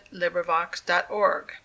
LibriVox.org